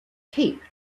cape